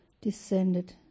descended